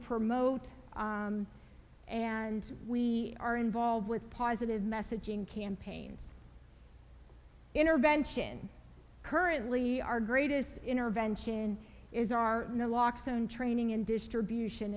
promote and we are involved with positive messaging campaigns intervention currently our greatest intervention is our no locks and training in distribution